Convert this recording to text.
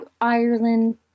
Ireland